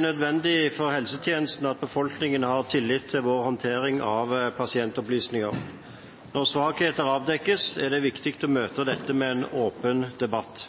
nødvendig for helsetjenesten at befolkningen har tillit til vår håndtering av pasientopplysninger. Når svakheter avdekkes, er det viktig å møte dette med en åpen debatt.